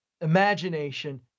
imagination